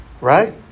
right